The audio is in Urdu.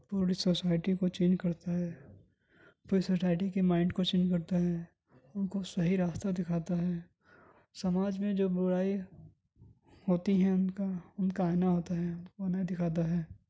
پوری سوسائٹی کو چینج کرتا ہے پوری سوسائٹی کے مائنڈ کو چینج کرتا ہے ان کو صحیح راستہ دکھاتا ہے سماج میں جو برائی ہوتی ہیں ان کا ان کا آئینہ ہوتا ہے ان کو آئینہ دکھاتا ہے